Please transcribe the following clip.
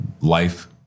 life